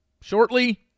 shortly